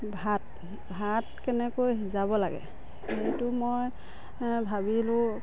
ভাত ভাত কেনেকৈ সিজাব লাগে সেইটো মই ভাবিলোঁ